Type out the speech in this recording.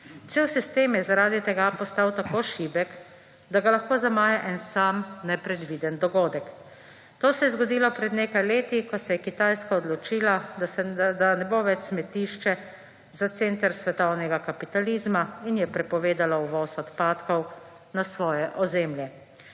Cel sistem je zaradi tega postal tako šibek, da ga lahko zamaje en sam nepredviden dogodek. To se je zgodilo pred nekaj leti, ko se je Kitajska odločila, da ne bo več smetišče za center svetovnega kapitalizma in je prepovedala uvoz odpadkov na svoje ozemlje.